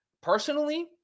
Personally